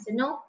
no